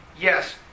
Yes